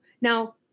Now